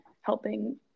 helping